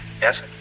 Yes